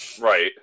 Right